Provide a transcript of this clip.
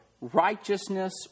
righteousness